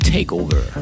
TakeOver